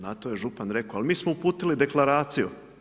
Na to je župan rekao, al mi smo uputili deklaraciju.